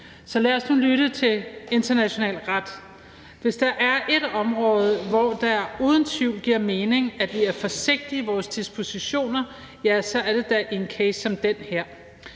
så lad os nu lytte til international ret. Hvis der er et område, hvor det uden tvivl giver mening at vi er forsigtige i vores dispositioner, så er det da en case som den her.